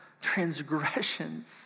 transgressions